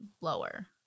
lower